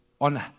on